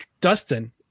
Dustin